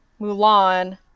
Mulan